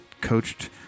coached